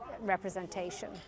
representation